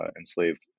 enslaved